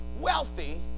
wealthy